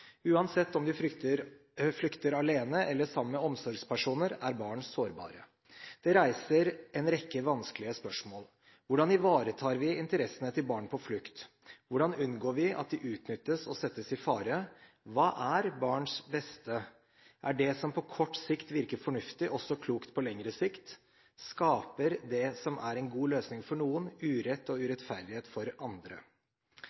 Uansett om de flykter alene eller sammen med omsorgspersoner, er barn sårbare. Det reiser en rekke vanskelige spørsmål. Hvordan ivaretar vi interessene til barn på flukt? Hvordan unngår vi at de utnyttes og settes i fare? Hva er barns beste? Er det som på kort sikt virker fornuftig, også klokt på lengre sikt? Skaper det som er en god løsning for noen, urett og